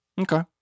Okay